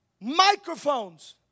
microphones